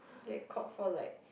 get caught for like